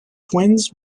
twins